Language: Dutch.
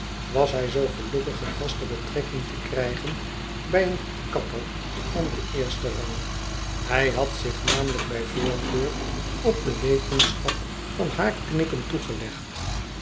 was hij zoo gelukkig een vaste betrekking te krijgen bij een kapper van den eersten rang hij had zich namely k bij voorkeur op de wetenschap van haarknippen toegelegd